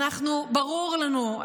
ברור לנו,